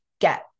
get